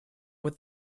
with